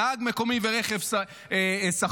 נהג מקומי ורכב שכור,